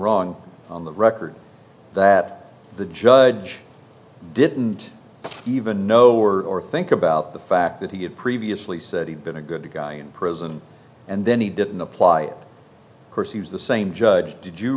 wrong on the record that the judge didn't even know or think about the fact that he had previously said he'd been a good guy in prison and then he didn't apply course he was the same judge did you